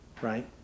right